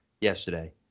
yesterday